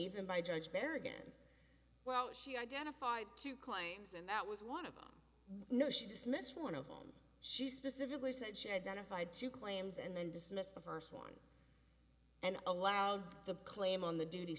even by judge barragan well she identified two claims and that was one of the no she dismissed one of them she specifically said she identified two claims and then dismissed the first one and allowed the claim on the duty